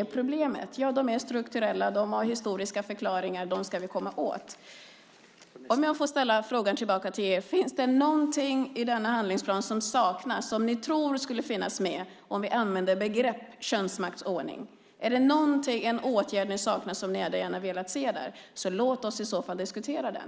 att problemen är strukturella och har historiska förklaringar som vi kan komma åt. Låt mig ställa frågan tillbaka till er: Finns det något i denna handlingsplan som saknas och som ni tror skulle ha funnits med om man använt begreppet könsmaktsordning? Är det någon åtgärd ni saknar? Låt oss i så fall diskutera det.